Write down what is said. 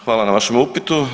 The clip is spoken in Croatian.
Hvala na vašem upitu.